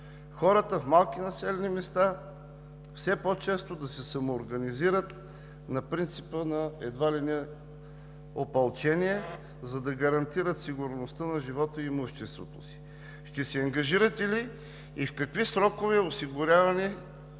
хората от малките населени места все по-често да се самоорганизират на принципа едва ли не на опълчението, за да гарантират сигурността на живота и имуществото си? Ще се ангажирате ли и в какви срокове с осигуряването